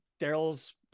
Daryl's